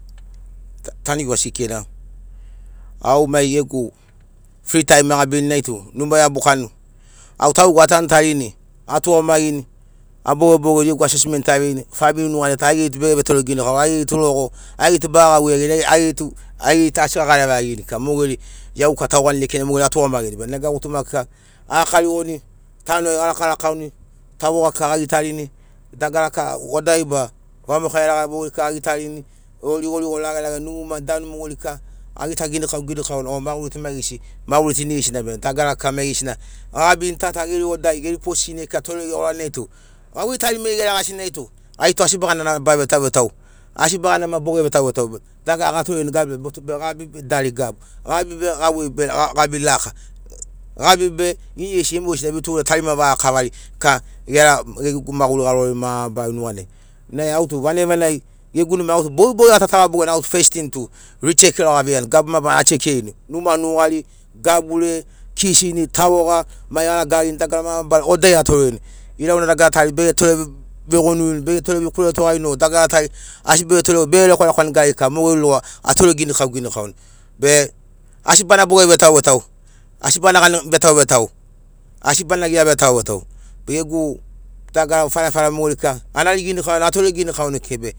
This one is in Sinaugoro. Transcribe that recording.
Tanikiu asikeikeina au mai gegu fri taim a gabini nai tu numai abukani au taugegu atanutarini atugamagini abogebogeni taugegu gegu asesment aveini famili nuganai aigeri tu bege vetore ginikau aigeri tu logo, aigeri tu baga gauvei iagiri, aigeri tu asi gagareva iagirini kika, mogeri iauka taugani lekenai mogeri atugamagirini bena gutuma araka rigoni tanoai arakaurakauni tavoga kika gagitarini dagara kika odai ba vamoka iaraga mogeri kika a gitarini o. rigorigo ragerage numa danu mogeri kika agita ginikau ginikauni o maguri tu maigesi maguri tu inigesina be dagara kika maigesina agabirini ta ta geri odai geri posisin ai kika toreri gegorani tu gauvei taimiri geragasini nai tu gai ta asi bagana naba vetauvetau asi baganama boge vetauvetau. Dagara gatorerini gaburiai be motu gabi be dari gabu, gabi be gauvei be gabi laka gabi be inigesina iomogesina ini tu tarima vagakavari kika gera gegu maguri garori. mabarana nuganai. Nai au tu vanagi vanagi gegu numai au tu bogibogi atataga bogini au fest tin tu richek logo aveiani gabu mabarana asekerini numa nugari, gabure kisini tavoga mai aragagirini dagara mabarana odai atorerini ilau na dagara tari bege tore vegonurini bege tore vekuretogarini e dagara tari asi bege torerini bege lekwalekwani gariri kika mogeri logo atore ginikau ginikauni be asi bana boge vetauvetau asi bana gani vetauvetau asi bana gea- vetauvetau. be geu dagara farefare mogeri kika anari ginikauni atore ginikauni kekei be